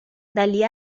dagli